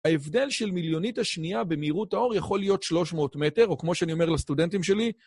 ההבדל של מיליונית השנייה במהירות האור יכול להיות 300 מטר, או כמו שאני אומר לסטודנטים שלי,